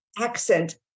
accent